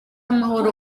amahoro